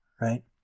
Right